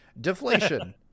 deflation